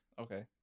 Okay